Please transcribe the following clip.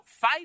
fight